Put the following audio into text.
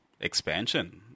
Expansion